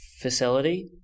facility